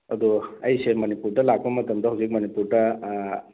ꯑꯗꯣ ꯑꯩꯁꯦ ꯃꯅꯤꯄꯨꯔꯗ ꯂꯥꯛꯄ ꯃꯇꯝꯗ ꯍꯧꯖꯤꯛ ꯃꯅꯤꯄꯨꯔꯗ